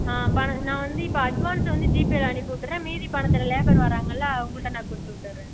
ஆ பண நான் வந்து இப்போ அட்வான்ஸை வந்து ஜிபேபில் அனுப்பிவிட்டுறேன் மீதி பணத்தை லேபர் வராங்கல்லை அவங்கள்ட்ட நான் கொடுத்துவுட்டுறேன்